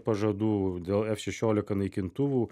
pažadų dėl f šešiolika naikintuvų